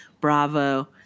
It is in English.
Bravo